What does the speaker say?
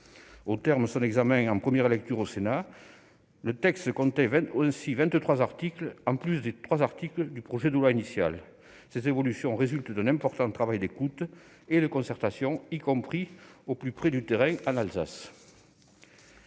Au terme de son examen en première lecture au Sénat, le texte comptait ainsi 23 nouveaux articles, en plus des trois articles du projet de loi initial. Ces évolutions résultent d'un important travail d'écoute et de concertation, y compris au plus près du terrain, en Alsace.